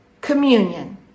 communion